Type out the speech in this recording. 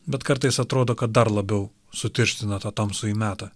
bet kartais atrodo kad dar labiau sutirština tą tamsųjį metą